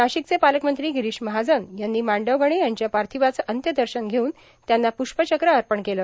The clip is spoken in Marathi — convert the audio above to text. नाशिकचे पालकमंत्री गिरीश महाजन यांनी मांडवगणे यांच्या पार्थिवाचं अंत्यदर्शन घेऊन त्यांना पुष्पचक्र अर्पण केलं